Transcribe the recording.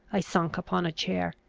i sunk upon a chair.